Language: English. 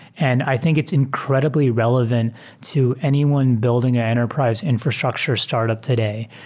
and i think it's incred ibly re levant to anyone building an enterprise infrastructure startup today.